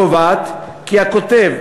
הקובעת כי "הכותב,